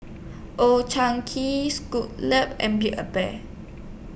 Old Chang Kee and Build A Bear